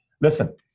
Listen